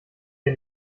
dir